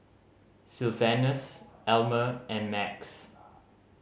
Sylvanus Elmer and Max